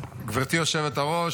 גברתי היושבת-ראש,